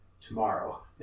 tomorrow